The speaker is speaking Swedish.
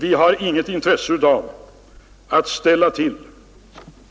Vi har inget intresse av att ställa till det